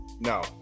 no